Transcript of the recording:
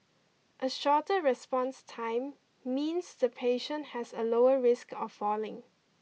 a shorter response time means the patient has a lower risk of falling